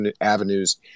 avenues